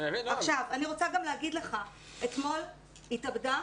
אתמול התאבדה